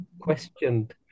questioned